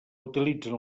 utilitzen